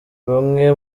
bamwe